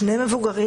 שני מבוגרים,